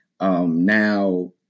Now